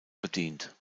bedient